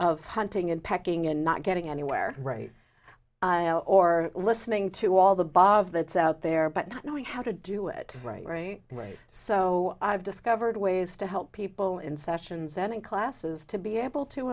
of hunting and pecking and not getting anywhere right or listening to all the above that's out there but not knowing how to do it right away so i've discovered ways to help people in sessions and in classes to be able to